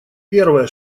первое